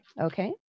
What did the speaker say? okay